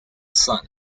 son